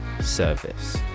service